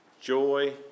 Joy